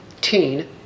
teen